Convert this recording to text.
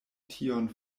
tion